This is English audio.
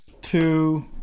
two